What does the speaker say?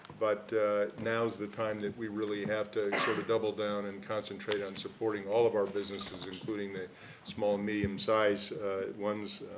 but now's the time that we really have to sort of double down and concentrate on supporting all of our businesses, including the small medium-sized ones.